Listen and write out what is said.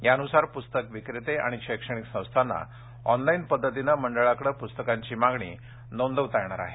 यानुसार पुस्तक विक्रेते आणि शैक्षणिक संस्थांना ऑनलाईन पद्धतीने मंडळाकडे पुस्तकांची मागणी नोंदवता येणार आहे